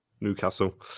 Newcastle